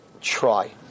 Try